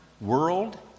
world